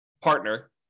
partner